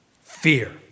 Fear